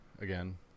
again